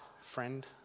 friend